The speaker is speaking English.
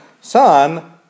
Son